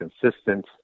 consistent